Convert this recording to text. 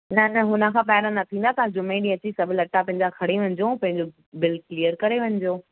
न न हुनखां पहिरों न थींदा तां जूमे ॾींहुं अची सबि लटा पंहिंजा खणी वञिजो पंहिंजो बिलि क्लीअर करे वञिजो